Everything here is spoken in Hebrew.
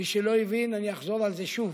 מי שלא הבין, אני אחזור על זה שוב: